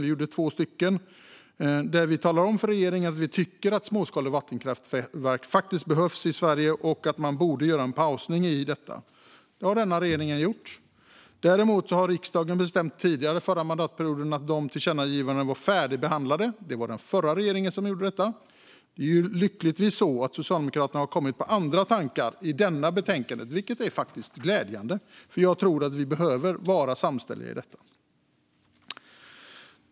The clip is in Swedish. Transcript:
Vi gjorde två stycken, där vi talade om för regeringen att vi tycker att småskalig vattenkraft behövs i Sverige och att man borde pausa detta. Det har denna regering gjort. Däremot bestämde riksdagen tidigare under förra mandatperioden att de tillkännagivandena var färdigbehandlade. Det var den förra regeringen som gjorde detta. Lyckligtvis har Socialdemokraterna kommit på andra tankar i detta betänkande. Det är glädjande, för jag tror att vi behöver vara samstämmiga i detta.